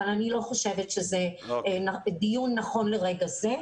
אבל אני לא חושבת שזה דיון נכון לרגע זה.